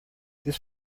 this